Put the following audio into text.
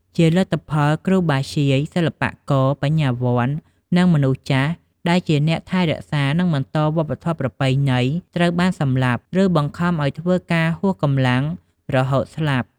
ជាលទ្ធផល គ្រូបាធ្យាយ សិល្បករ បញ្ញវន្ត និងមនុស្សចាស់ ដែលជាអ្នកថែរក្សា និងបន្តវប្បធម៌ប្រពៃណី ត្រូវបានសម្លាប់ ឬបង្ខំឱ្យធ្វើការហួសកម្លាំងរហូតស្លាប់។